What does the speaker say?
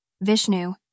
Vishnu